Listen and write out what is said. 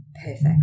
perfect